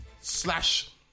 slash